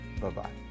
Bye-bye